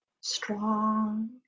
strong